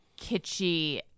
kitschy